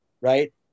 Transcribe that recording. right